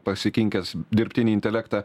pasikinkęs dirbtinį intelektą